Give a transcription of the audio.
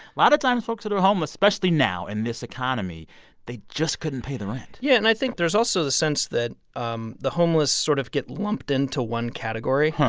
lot of times, folks that are homeless, especially now in this economy they just couldn't pay the rent yeah. and i think there's also the sense that um the homeless sort of get lumped into one category.